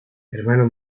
hermano